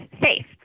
safe